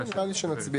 נראה לי שנצביע.